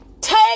Take